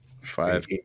five